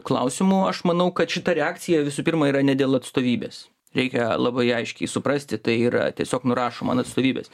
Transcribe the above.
klausimu aš manau kad šita reakcija visų pirma yra ne dėl atstovybės reikia labai aiškiai suprasti tai yra tiesiog nurašoma ant atstovybės